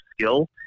skill